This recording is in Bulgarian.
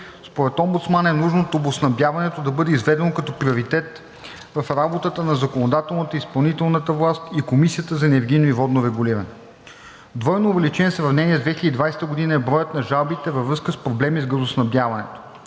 Според омбудсмана е нужно топлоснабдяването да бъде изведено като приоритет в работата на законодателната, изпълнителната власт и Комисията за енергийно и водно регулиране. Двойно увеличен в сравнение с 2020 г. е броят на жалбите във връзка с проблеми с газоснабдяването.